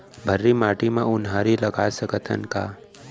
भर्री माटी म उनहारी लगा सकथन का?